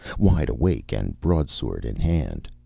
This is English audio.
wide awake and broadsword in hand.